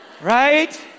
Right